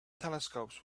telescopes